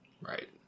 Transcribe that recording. Right